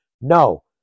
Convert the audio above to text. No